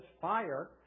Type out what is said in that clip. fire